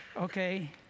okay